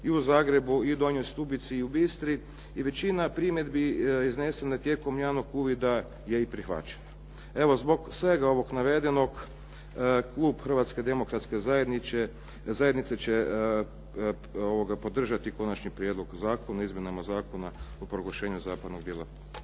i u Zagrebu, i u Donjoj Stubici i u Bistri i većina primjedbi izneseno tijekom javnog uvida je i prihvaćena. Evo, zbog svega ovog navedenog, klub Hrvatske demokratske zajednice će podržati Konačni prijedlog zakona o izmjenama Zakona o proglašenju zapadnog dijela